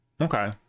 Okay